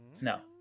no